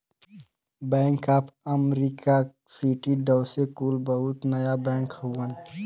bank of America, Citi, Deutsche कुल बहुते नया बैंक हउवन